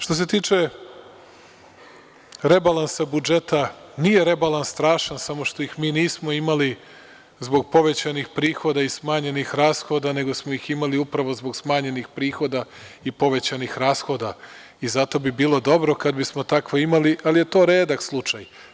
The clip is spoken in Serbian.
Što se tiče rebalansa budžeta, nije rebalans strašan samo što ih mi nismo imali zbog povećanih prihoda i smanjenih rashoda, nego smo ih imali upravo zbog smanjenih prihoda i povećanih rashoda, i zato bi bilo dobro kada bismo takve imali, ali je to redak slučaj.